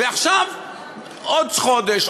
ועכשיו עוד חודש,